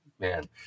Man